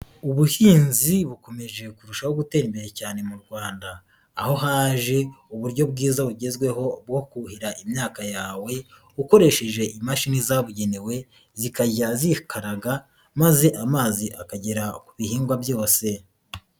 Ubuhinzi bukomeje kurushaho gutera imbere cyane mu Rwanda, aho haje uburyo bwiza bugezweho bwo kuhira imyaka yawe, ukoresheje imashini zabugenewe, zikajya zikaraga maze amazi akagera ku bihingwa byose.